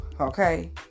Okay